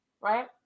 right